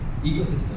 ecosystem